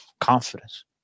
confidence